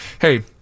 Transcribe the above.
hey